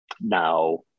Now